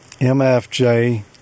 MFJ